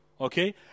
okay